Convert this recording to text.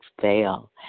fail